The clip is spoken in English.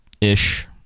ish